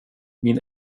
min